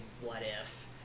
what-if